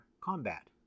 combat